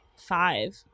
Five